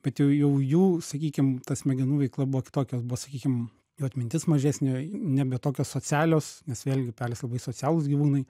bet jau jau jų sakykim ta smegenų veikla buvo kitokia jos buvo sakykim jų atmintis mažesnė nebe tokios socialios nes vėlgi pelės labai socialūs gyvūnai